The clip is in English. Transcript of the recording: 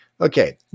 Okay